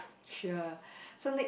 sure so ne~